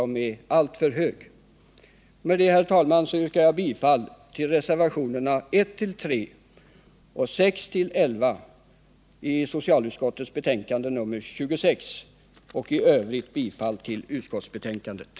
Med detta, herr talman, yrkar jag bifall till reservationerna 1-3 och 611 i socialutskottets betänkande nr 26 samt i övrigt bifall till utskottets hemställan.